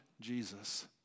Jesus